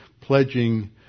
pledging